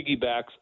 piggybacks